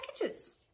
packages